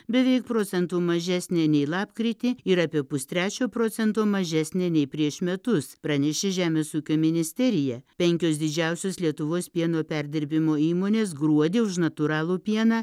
beveik procentu mažesnė nei lapkritį ir apie pustrečio procento mažesnė nei prieš metus pranešė žemės ūkio ministerija penkios didžiausios lietuvos pieno perdirbimo įmonės gruodį už natūralų pieną